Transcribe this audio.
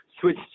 switch